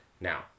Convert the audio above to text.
now